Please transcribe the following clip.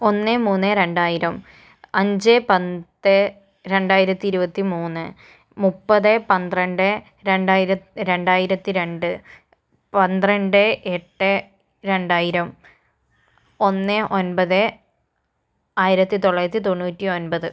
ഒന്ന് മൂന്ന് രണ്ടായിരം അഞ്ച് പത്ത് രണ്ടായിരത്തി ഇരുപത്തി മൂന്ന് മുപ്പത് പന്ത്രണ്ട് രണ്ടായിര രണ്ടായിരത്തി രണ്ട് പന്ത്രണ്ട് എട്ട് രണ്ടായിരം ഒന്ന് ഒന്പത് ആയിരത്തി തൊള്ളായിരത്തി തൊണ്ണൂറ്റി ഒൻപത്